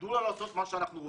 תנו לנו לעשות מה שאנחנו רוצים,